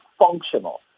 functional